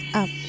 up